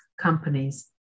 companies